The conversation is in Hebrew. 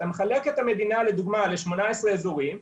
אתה מחלק את המדינה לדוגמה ל-18 אזורים,